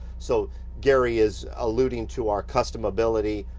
so gary is alluding to our customability,